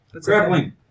Grappling